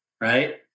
right